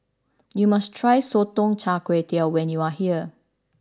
you must try Sotong Char Kway when you are here